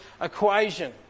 equation